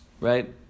right